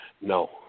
no